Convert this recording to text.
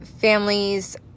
families